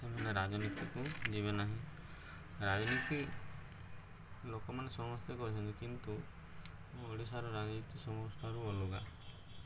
ସେମାନେ ରାଜନୀତିକୁ ଯିବେ ନାହିଁ ରାଜନୀତି ଲୋକମାନେ ସମସ୍ତେ କରିଛନ୍ତି କିନ୍ତୁ ଓଡ଼ିଶାର ରାଜନୀତି ସମସ୍ତଠାରୁ ଅଲଗା